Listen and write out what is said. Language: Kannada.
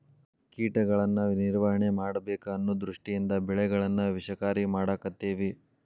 ಕೇಟಗಳನ್ನಾ ನಿರ್ವಹಣೆ ಮಾಡಬೇಕ ಅನ್ನು ದೃಷ್ಟಿಯಿಂದ ಬೆಳೆಗಳನ್ನಾ ವಿಷಕಾರಿ ಮಾಡಾಕತ್ತೆವಿ